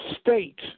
state